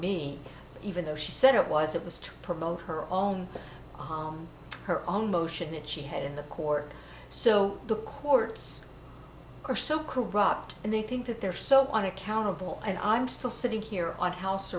me even though she said it was it was to promote her own her own motion that she had in the court so the courts are so corrupt and they think that they're so unaccountable and i'm still sitting here on house